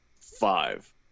five